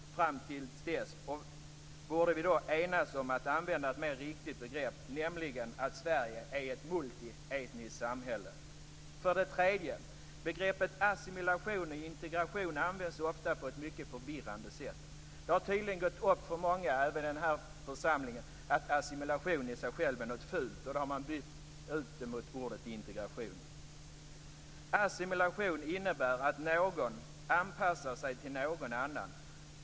Till dess borde vi enas om att använda ett mer riktigt begrepp, nämligen att Sverige är ett multietniskt samhälle. För det tredje: Begreppen assimilation och integration används ofta på ett förvirrande sätt. Det har tydligen gått upp för många, även i den här församlingen, att assimilation är något fult, och så har man bytt ut det mot ordet integration Assimilation innebär att någon anpassar sig till någon annan.